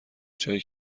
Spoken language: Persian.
جایی